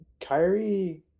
Kyrie